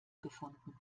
gefunden